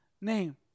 name